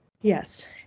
Yes